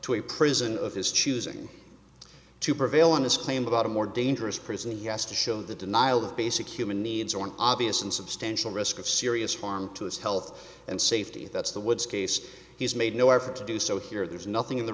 to a prison of his choosing to prevail in his claim about a more dangerous prison yes to show the denial of basic human needs or an obvious and substantial risk of serious harm to his health and safety that's the woods case he's made no effort to do so here there's nothing in the